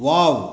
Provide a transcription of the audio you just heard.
wow